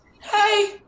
Hey